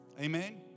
Amen